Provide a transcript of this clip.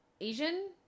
Asian